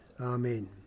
Amen